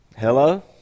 Hello